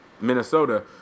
Minnesota